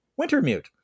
Wintermute